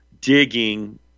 digging